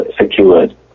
secured